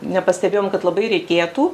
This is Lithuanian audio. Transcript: nepastebėjom kad labai reikėtų